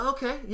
Okay